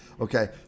okay